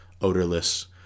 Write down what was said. odorless